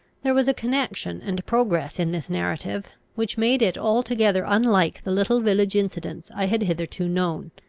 there was a connection and progress in this narrative, which made it altogether unlike the little village incidents i had hitherto known.